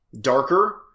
darker